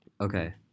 Okay